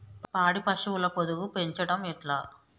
పాడి పశువుల పొదుగు పెంచడం ఎట్లా?